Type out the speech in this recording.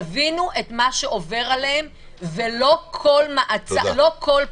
תבינו את מה שעובר עליהם ולא כל פנייה